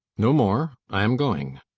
no more! i am going.